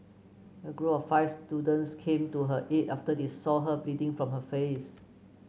a group of five students came to her aid after they saw her bleeding from her face